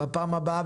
בדיון הבא.